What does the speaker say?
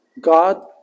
God